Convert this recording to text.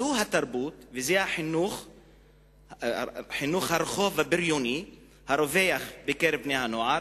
זאת התרבות וזה חינוך הרחוב הבריוני הרווח בקרב בני-הנוער.